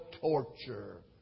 torture